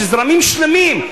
שזרמים שלמים,